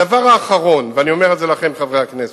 הדבר האחרון, ואני אומר את זה לכם, חברי הכנסת: